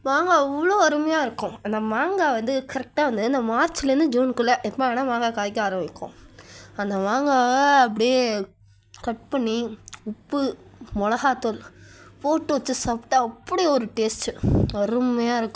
மாங்காய் அவ்வளோ அருமையாக இருக்கும் அந்த மாங்காய் வந்து கரெக்ட்டாக வந்து இந்த மார்ச்லருந்து ஜூன்க்குள்ளே எப்போ வேணா மாங்காய் காய்க்க ஆரமிக்கும் அந்த மாங்காய் அப்படே கட் பண்ணி உப்பு மிளஹாத்தூள் போட்டு வச்சி சாப்பிட்டா அப்படி ஒரு டேஸ்ட்டு அருமையாக இருக்கும்